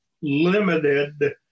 limited